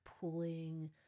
pulling